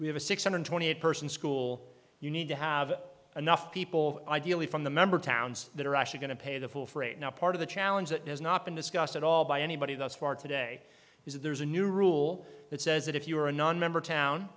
we have a six hundred twenty eight person school you need to have enough people ideally from the member towns that are actually going to pay the full freight now part of the challenge that has not been discussed at all by anybody thus far today is that there's a new rule that says that if you are a nonmember town